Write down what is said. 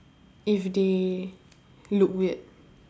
if they look weird